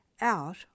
out